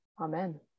Amen